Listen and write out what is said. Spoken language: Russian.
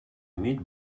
иметь